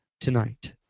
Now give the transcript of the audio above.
tonight